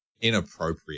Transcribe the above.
inappropriate